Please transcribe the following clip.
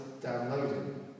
downloading